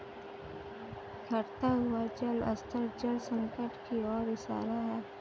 घटता हुआ जल स्तर जल संकट की ओर इशारा है